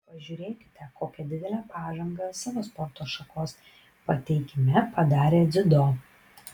pažiūrėkite kokią didelę pažangą savo sporto šakos pateikime padarė dziudo